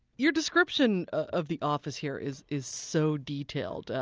your description of the office here is is so detailed.